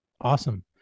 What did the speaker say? Awesome